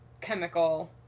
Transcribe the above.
chemical